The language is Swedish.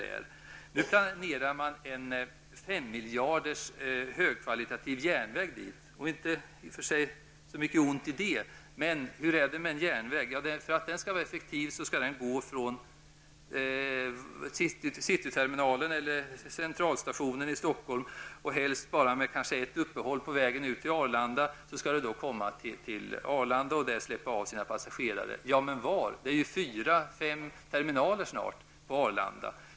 Man planerar nu en högkvalitativ järnväg för fem miljarder. Det ligger i och för sig inte så mycket ont i det. Hur blir det då med en järnväg? För att den skall kunna vara effektiv skall den gå från Cityterminalen eller Centralstationen i Stockholm till Arlanda, helst med bara ett uppehåll på vägen. Var skall passagerarna släppas av? Det finns snart fyra eller fem terminaler på Arlanda.